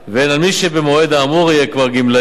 והן על מי שבמועד האמור יהיה כבר גמלאי,